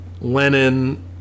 Lenin